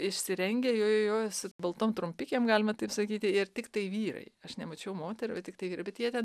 išsirengę jo jo jo su baltom trumpikėm galima taip sakyti ir tiktai vyrai aš nemačiau moterų tiktai bet jie ten